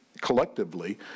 collectively